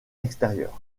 extérieur